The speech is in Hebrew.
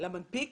למנפיק